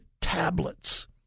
tablets